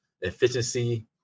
efficiency